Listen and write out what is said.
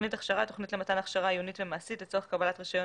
"תוכנית הכשרה" תוכנית למתן הכשרה עיונית ומעשית לצורך קבלת רישיון